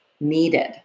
needed